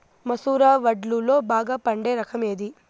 మసూర వడ్లులో బాగా పండే రకం ఏది?